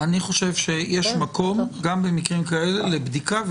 אני חושב שיש מקום גם במקרים כאלה לבדיקה,